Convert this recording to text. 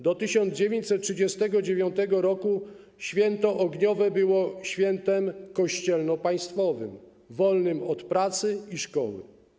Do 1939 r. święto ogniowe było świętem kościelno-państwowym, wolnym od pracy i szkoły.